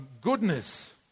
Goodness